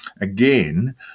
again